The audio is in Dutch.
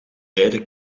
beide